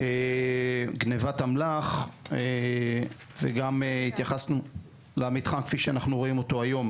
גניבת אמל"ח וגם התייחסנו למתחם כפי שאנחנו רואים אותו היום,